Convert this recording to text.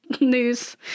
news